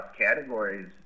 categories